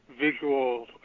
visual